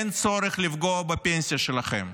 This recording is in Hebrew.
אין צורך לפגוע בפנסיה שלכם.